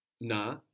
Na